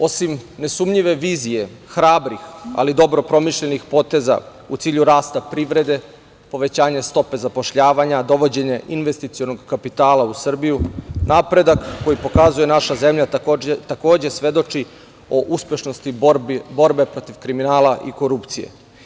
Osim nesumnjive vizije hrabrih, ali i dobro promišljenih poteza u cilju rasta privrede, povećanje stope zapošljavanja, dovođenje investicionog kapitala u Srbiju, napredak koji pokazuje naša zemlja, takođe, svedoči o uspešnosti borbe protiv kriminala i korupcije.